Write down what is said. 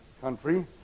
country